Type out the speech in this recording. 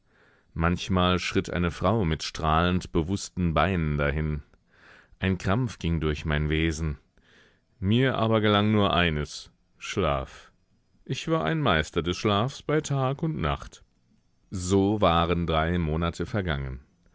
manchmal schritt eine frau mit strahlend bewußten beinen dahin ein krampf ging durch mein wesen mir aber gelang nur eines schlaf ich war ein meister des schlafs bei tag und nacht so waren drei monate vergangen